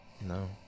No